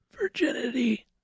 virginity